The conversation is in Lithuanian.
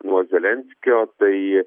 nuo zelenskio tai